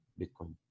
Bitcoin